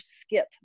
skip